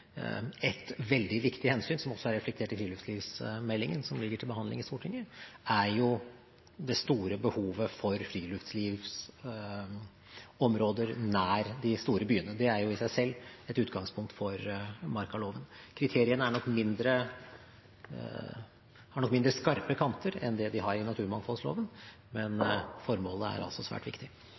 Et veldig viktig hensyn, som også er reflektert i friluftslivsmeldingen som ligger til behandling i Stortinget, er det store behovet for friluftslivsområder nær de store byene. Det er jo i seg selv et utgangspunkt for markaloven. Kriteriene har nok mindre skarpe kanter enn det de har i naturmangfoldloven, men formålet er altså svært viktig.